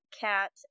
cat